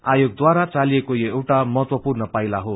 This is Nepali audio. आयोगद्वारा चालिएको यो एउटा महत्वपूर्ण पाइला हो